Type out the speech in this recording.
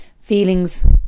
feelings